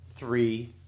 Three